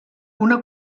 una